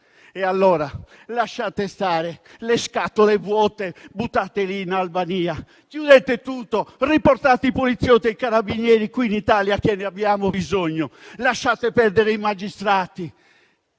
allora stare le scatole vuote buttate in Albania, chiudete tutto, riportate i poliziotti e i carabinieri qui in Italia che ne abbiamo bisogno. Lasciate perdere i magistrati